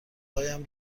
هایم